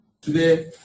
Today